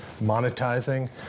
monetizing